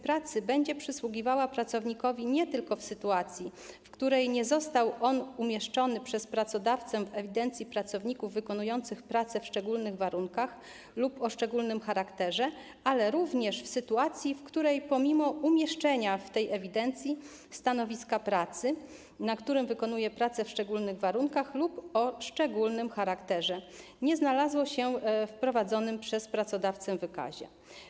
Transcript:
Pracy będzie przysługiwała pracownikowi nie tylko w sytuacji, w której nie został on umieszczony przez pracodawcę w ewidencji pracowników wykonujących pracę w szczególnych warunkach lub o szczególnym charakterze, ale również w sytuacji, w której pomimo umieszczenia w tej ewidencji stanowisko pracy, na którym wykonuje on pracę w szczególnych warunkach lub o szczególnym charakterze, nie znalazło się w prowadzonym przez pracodawcę wykazie.